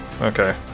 Okay